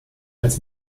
als